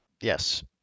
Yes